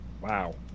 Wow